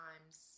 times